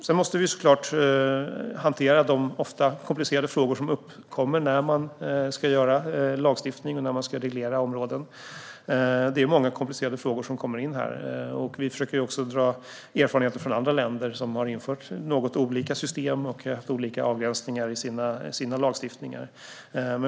Vi måste såklart hantera de ofta komplicerade frågor som uppkommer när man ska stifta lag och reglera områden, och här rör det sig om många komplicerade frågor. Vi försöker också inhämta erfarenhet från andra länder, som har infört lite olika system och har olika avgränsningar i sin lagstiftning.